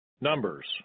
Numbers